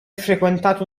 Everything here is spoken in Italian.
frequentato